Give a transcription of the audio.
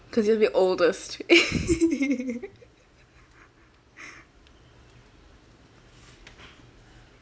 because you're the oldest